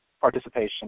participation